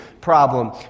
problem